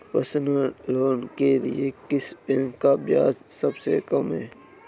Personal loan के लिए किस बैंक का ब्याज सबसे कम है?